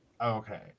Okay